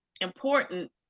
important